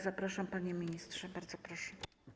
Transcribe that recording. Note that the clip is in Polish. Zapraszam, panie ministrze, bardzo proszę.